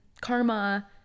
karma